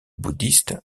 bouddhistes